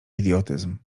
idiotyzm